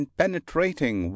penetrating